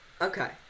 Okay